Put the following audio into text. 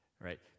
right